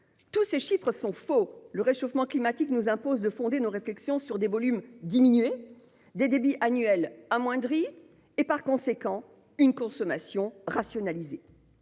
tous ces chiffres sont devenus faux : le réchauffement climatique nous impose de fonder nos réflexions sur des volumes diminués, sur des débits annuels amoindris et, par conséquent, sur la perspective d'une consommation rationalisée.